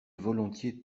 volontiers